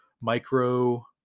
micro